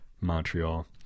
Montreal